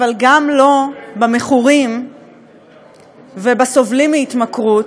אבל גם לא במכורים ובסובלים מהתמכרות,